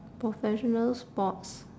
professional sports